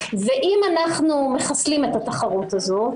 ואם אנחנו מחסלים את התחרות הזאת